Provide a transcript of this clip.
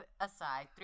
aside